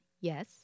yes